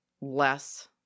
less